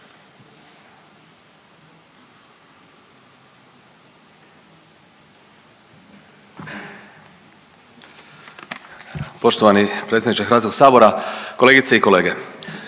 poštovani predsjedniče Hrvatskog sabora. Kolegica je